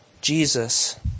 Jesus